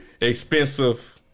expensive